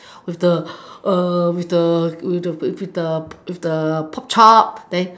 with the with the with the with the pork chop then